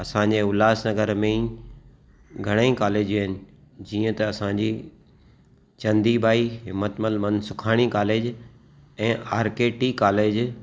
असांजे उल्लासनगर में ई घणई कॉलेजियूं आहिनि जीअं त असांजी चंदीबाई हिमतमल मनसुखाणी कॉलेज ऐं आर के टी कॉलेज